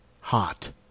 hot